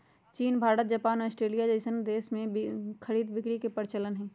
चीन Bharat Japan Australia जइसन देश में खरीद बिक्री के परचलन हई